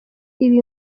ibi